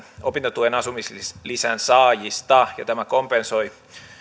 opintotuen asumislisän saajista ja tämä kompensoi